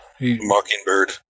mockingbird